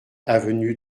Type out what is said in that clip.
avenue